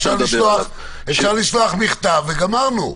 אפשר לשלוח מכתב וגמרנו.